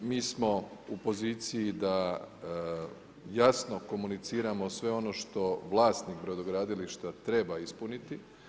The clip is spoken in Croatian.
Mi smo u poziciji da jasno komuniciramo sve ono što vlasnik brodogradilišta treba ispuniti.